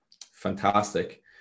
fantastic